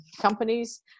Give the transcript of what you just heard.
companies